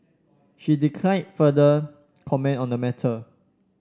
she declined further comment on the matter